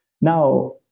Now